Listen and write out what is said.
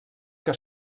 que